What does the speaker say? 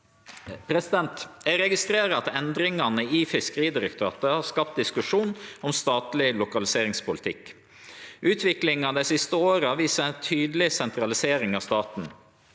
Eg registrerer at endringane i Fiskeridirektoratet har skapt diskusjon om statleg lokaliseringspolitikk. Utviklinga dei siste åra viser ei tydeleg sentralisering av staten.